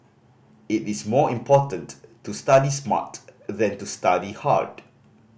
it is more important to study smart than to study hard